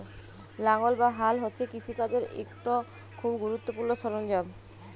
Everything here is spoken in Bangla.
লাঙ্গল বা হাল হছে কিষিকাজের ইকট খুব গুরুত্তপুর্ল সরল্জাম